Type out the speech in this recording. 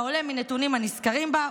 כעולה מנתונים הנזכרים בה,